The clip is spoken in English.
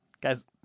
Guys